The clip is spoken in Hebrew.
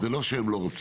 זה לא שהם לא רוצים,